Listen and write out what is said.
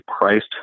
priced